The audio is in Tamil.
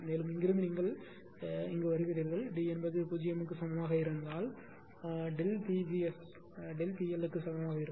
மேலும் இங்கிருந்து நீங்கள் இங்கே வருகிறீர்கள் D என்பது 0 க்கு சமமாக இருந்தால் PgSS ΔP L க்கு சமமாக இருக்கும்